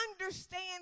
Understand